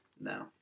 No